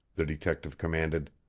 the detective commanded.